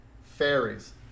fairies